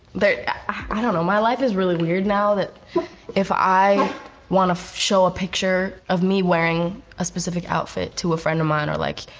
i don't know. my life is really weird now that if i wanna show a picture of me wearing a specific outfit to a friend of mine or like,